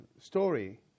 story